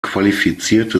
qualifizierte